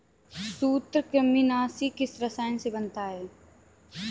सूत्रकृमिनाशी किस रसायन से बनता है?